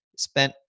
spent